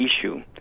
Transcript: issue